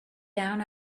down